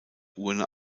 urne